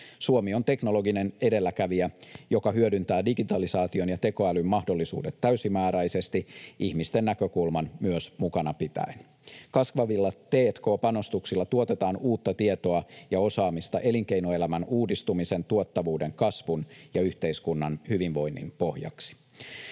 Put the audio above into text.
Suomi on teknologinen edelläkävijä, joka hyödyntää digitalisaation ja tekoälyn mahdollisuudet täysimääräisesti, ihmisten näkökulman myös mukana pitäen. Kasvavilla t&k-panostuksilla tuotetaan uutta tietoa ja osaamista elinkeinoelämän uudistumisen, tuottavuuden kasvun ja yhteiskunnan hyvinvoinnin pohjaksi.